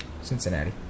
Cincinnati